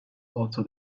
otto